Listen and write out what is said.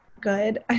good